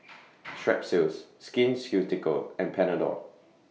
Strepsils Skin Ceuticals and Panadol